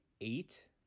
eight